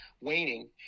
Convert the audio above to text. waning